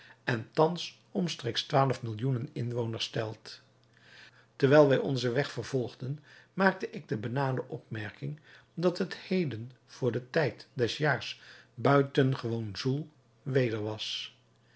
en thans omstreeks twaalf millioenen inwoners telt terwijl wij onzen weg vervolgden maakte ik de banale opmerking dat het heden voor den tijd des jaars buitengewoon zoel weder was